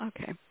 Okay